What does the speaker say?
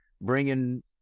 bringing